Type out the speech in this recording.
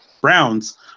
Browns